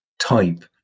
type